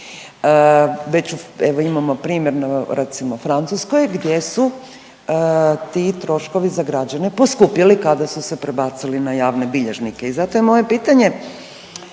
evo imamo primjer recimo u Francuskoj gdje su ti troškovi za građane poskupjeli kada su se prebacili na javne bilježnike. I zato je moje pitanje